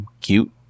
cute